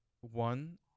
one